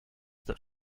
that